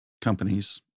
companies